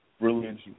brilliant